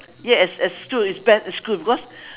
ya it's it's true it's bad it's true because